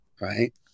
right